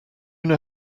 know